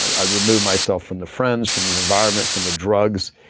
i removed myself from the friends, from the environment, from the drugs,